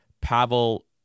Pavel